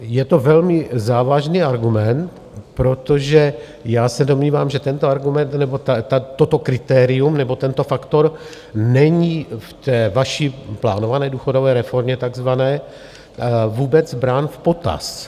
Je to velmi závažný argument, protože já se domnívám, že tento argument nebo toto kritérium nebo tento faktor není v té vaší plánované důchodové reformě tzv. vůbec brán v potaz.